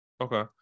okay